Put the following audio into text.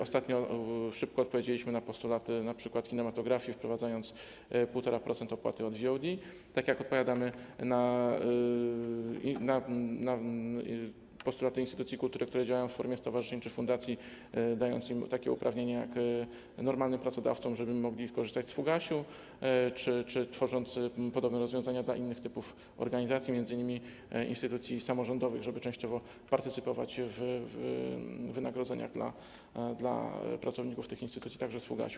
Ostatnio tak szybko odpowiedzieliśmy na postulaty np. kinematografii, wprowadzając 1,5% opłaty od VOD, tak jak odpowiadamy na postulaty instytucji kultury, które działają w formie stowarzyszeń czy fundacji, dając im takie uprawnienia jak normalnym pracodawcom, żeby mogli korzystać z FGŚP, czy tworząc podobne rozwiązania dla innych typów organizacji, m.in. instytucji samorządowych, żeby częściowo partycypować w wynagrodzeniach dla pracowników tych instytucji, także z FGŚP.